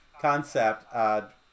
concept